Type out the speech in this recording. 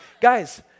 Guys